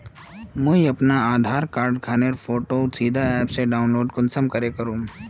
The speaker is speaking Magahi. मुई अपना आधार कार्ड खानेर फोटो सीधे ऐप से डाउनलोड कुंसम करे करूम?